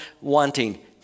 wanting